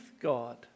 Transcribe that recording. God